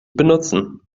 benutzen